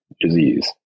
disease